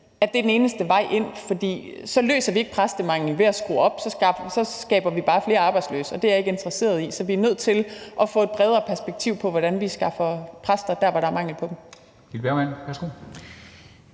år efter uddannelsen er taget, for vi løser ikke præstemanglen ved at skrue op, for så skaber vi bare flere arbejdsløse, og det er jeg ikke interesseret i. Så vi er nødt til at få et bredere perspektiv på, hvordan vi skaffer præster der, hvor der er mangel på dem.